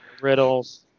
Riddles